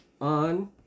on